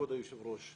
כבוד היושב ראש.